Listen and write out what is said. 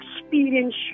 experience